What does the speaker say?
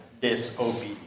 disobedient